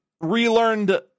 relearned